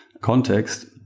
context